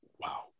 Wow